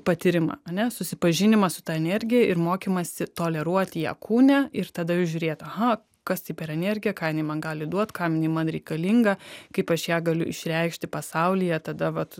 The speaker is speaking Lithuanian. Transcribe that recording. patyrimą ane susipažinimą su ta energija ir mokymąsi toleruoti ją kūne ir tada jau žiūrėt aha kas tai per energija ką jinai man gali duot kam jinai man reikalinga kaip aš ją galiu išreikšti pasaulyje tada vat